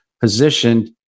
positioned